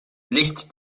licht